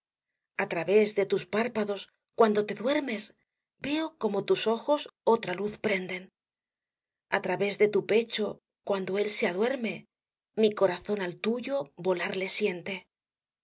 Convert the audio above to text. a través de tus párpados cuando te duermes veo como tus ojos otra luz prenden a través de tu pecho cuando él se aduerme mi corazón al tuyo volar le siente